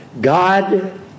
God